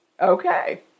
Okay